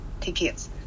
tickets